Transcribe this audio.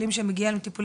בטיפול